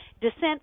dissent